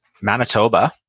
Manitoba